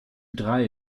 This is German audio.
drei